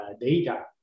data